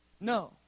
No